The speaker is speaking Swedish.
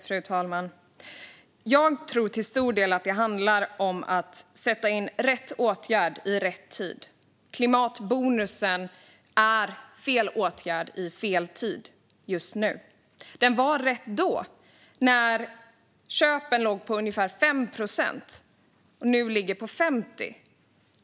Fru talman! Jag tror att det till stor del handlar om att sätta in rätt åtgärd i rätt tid. Klimatbonusen är fel åtgärd i fel tid just nu. Den var rätt då, när köpen låg på ungefär 5 procent, men nu ligger de på 50.